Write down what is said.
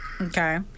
Okay